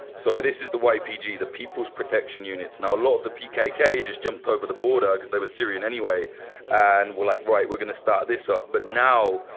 so this is the ypg, the people's protection units. now, a lot of the pkk just jumped over the border because they were syrian anyway and were like, right, we're going to start this up. but now,